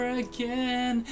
again